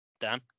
Dan